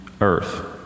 earth